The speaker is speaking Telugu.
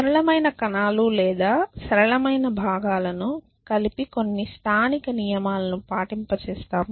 సరళమైన కణాలు లేదా సరళమైన భాగాలను కలిపి కొన్ని స్థానిక నియమాలను పాటింపచేస్తాము